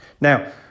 Now